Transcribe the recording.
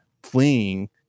fleeing